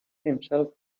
himself